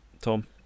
Tom